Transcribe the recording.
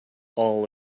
all